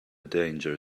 danger